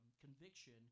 conviction